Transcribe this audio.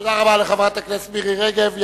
תודה רבה לחברת הכנסת מירי רגב.